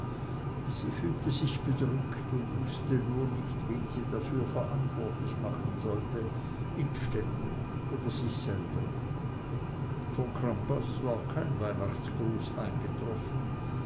sie fühlte sich bedrückt und wußte nur nicht wen sie dafür verantwortlich machen sollte innstetten oder sich selber von crampas war kein weihnachtsgruß eingetroffen